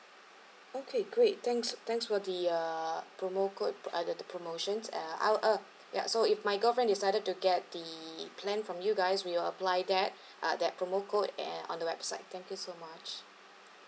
okay great thanks thanks for the uh promo code other the promotions uh I'll I'll ya so if my girlfriend decided to get the plan from you guys we'll apply that uh that promo code at on the website thank you so much